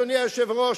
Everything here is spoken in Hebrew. אדוני היושב-ראש,